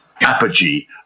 apogee